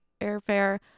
airfare